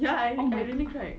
ya I really I really cried